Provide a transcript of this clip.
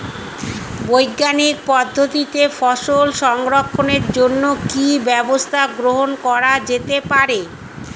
বৈজ্ঞানিক পদ্ধতিতে ফসল সংরক্ষণের জন্য কি ব্যবস্থা গ্রহণ করা যেতে পারে?